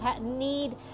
need